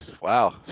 Wow